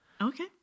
Okay